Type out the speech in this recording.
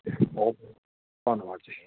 ਬਹੁਤ ਧੰਨਵਾਦ ਜੀ